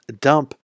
Dump